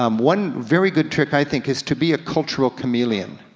um one very good trip i think, is to be a cultural chameleon.